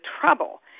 trouble